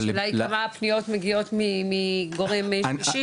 השאלה היא כמה פניות מגיעות מגורם שלישי,